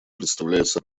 представляется